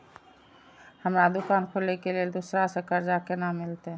हमरा दुकान खोले के लेल दूसरा से कर्जा केना मिलते?